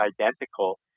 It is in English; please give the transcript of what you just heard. identical